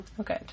Okay